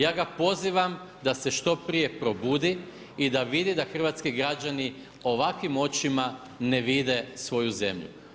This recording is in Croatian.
Ja ga pozivam da se što prije probudi i da vidi da hrvatski građanima ovakvim očima ne vide svoju zemlju.